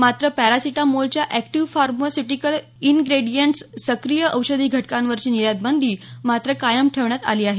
मात्र पॅरासिटामोलच्या active pharmaceutical ingredients सक्रिय औषधी घटकांवरची निर्यातबंदी मात्र कायम ठेवण्यात आली आहे